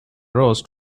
roast